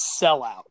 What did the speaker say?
sellout